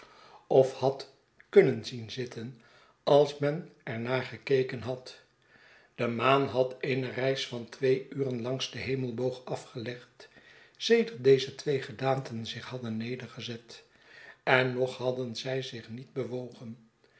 of had kunnen zien zitten als men er naar gekekenhad de maan had eene reis van twee uren langs den hemelboog afgelegd sedert deze twee gedaanten zich haddennedergezet en noghadden zij zich niet bewogen